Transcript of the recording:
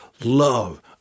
love